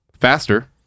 faster